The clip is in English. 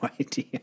idea